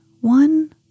one